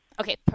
Okay